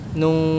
nung